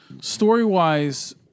story-wise